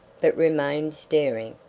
but remained staring,